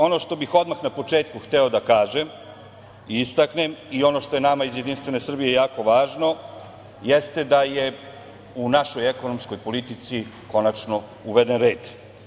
Ono što bih odmah na početku hteo da kažem i istaknem i ono što je nama iz JS jako važno jeste da je u našoj ekonomskoj politici konačno uveden red.